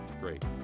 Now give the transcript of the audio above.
Great